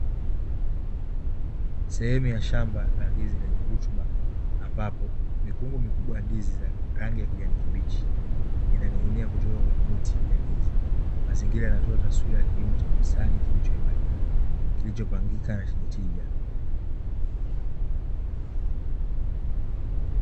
Sehemu ya shamba la ndizi lenye rutuba, ambapo mikungu mikubwa ya ndizi za rangi ya kijani kibichi; inaning'inia kutoka kwenye miti ya ndizi. Mazingira yanatoa taswira ya kilimo cha bustani kilichoimarika, kilichopangika na chenye tija.